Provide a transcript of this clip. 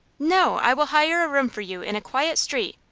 no i will hire a room for you in a quiet street,